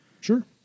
Sure